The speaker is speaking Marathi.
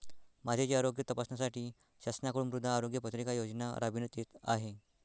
मातीचे आरोग्य तपासण्यासाठी शासनाकडून मृदा आरोग्य पत्रिका योजना राबविण्यात येत आहे